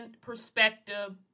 perspective